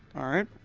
alright